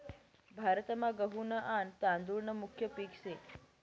भारतमा गहू न आन तादुळ न मुख्य पिक से